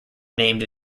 named